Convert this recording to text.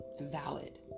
valid